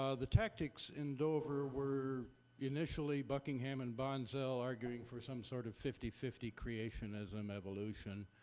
ah the tactics in dover were initially buckingham and bonsell arguing for some sort of fifty fifty creationism evolution.